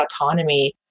autonomy